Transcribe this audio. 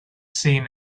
seen